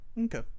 Okay